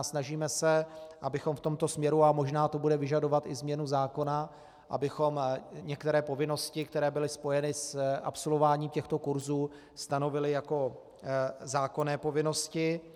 Snažíme se, abychom v tomto směru, a možná to bude vyžadovat i změnu zákona, některé povinnosti, které byly spojeny s absolvováním těchto kurzů, stanovili jako zákonné povinnosti.